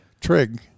Trig